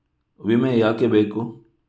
ವಿಮೆ ಯಾಕೆ ಬೇಕು?